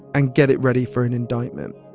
and get it ready for an indictment.